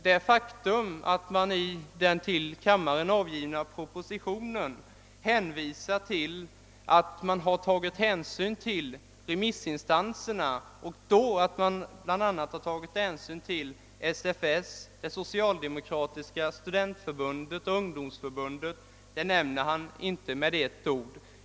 Det faktum att regeringen i den till kammaren avgivna propositionen visar att man tagit hänsyn till remissinstansernas yttranden, till exempel yttranden av SFS, det socialdemokratiska studentförbundet och SSU, nämnde han inte med ett ord.